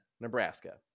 nebraska